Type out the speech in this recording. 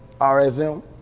RSM